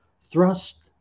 thrust